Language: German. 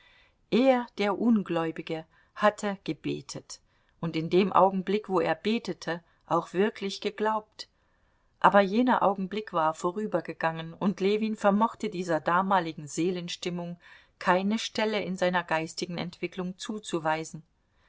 er der ungläubige hatte gebetet und in dem augen blick wo er betete auch wirklich geglaubt aber jener augenblick war vorübergegangen und ljewin vermochte dieser damaligen seelenstimmung keine stelle in seiner geistigen entwicklung zuzuweisen